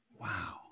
Wow